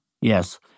Yes